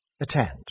attend